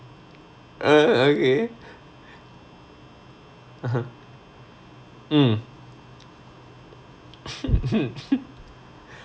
uh okay (uh huh) mm